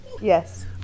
Yes